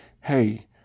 hey